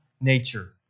nature